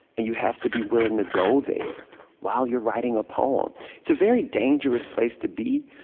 and you have to be willing to go there while you're writing a poem it's a very dangerous place to be.